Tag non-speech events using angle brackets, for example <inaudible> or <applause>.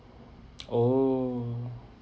<noise> oh